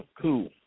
Cool